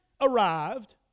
arrived